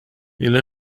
ille